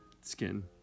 skin